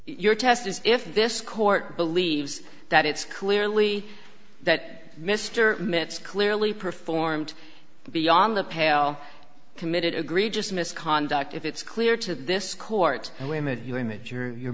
your test is if this court believes that it's clearly that mr smith's clearly performed beyond the pale committed agree just misconduct if it's clear to this court and limit your image you're you're